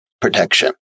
protection